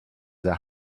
the